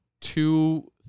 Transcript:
two